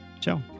Ciao